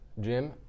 Jim